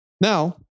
Now